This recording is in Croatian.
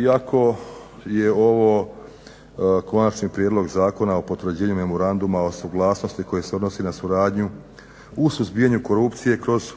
Iako je ovo Konačni prijedlog zakona o potvrđivanju Memoranduma o suglasnosti koji se odnosi na suradnju u suzbijanju korupcije kroz